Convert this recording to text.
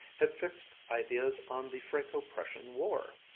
had fixed ideas on the franco-prussian war,